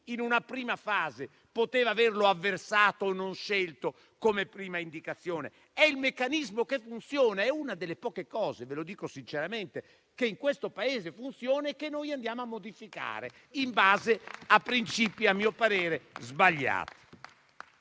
in una prima fase poteva averne avversato o non scelto l'indicazione. È il meccanismo che funziona; è una delle poche cose - ve lo dico sinceramente - che in questo Paese funzionano e che noi andiamo a modificare in base a princìpi, a mio parere, sbagliati.